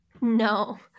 No